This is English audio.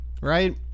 right